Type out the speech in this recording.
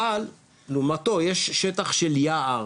אבל לעומתו יש שטח של יער,